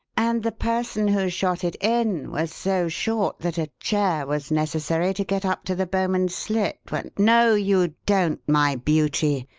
and the person who shot it in was so short that a chair was necessary to get up to the bowman's slit when no, you don't, my beauty!